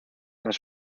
las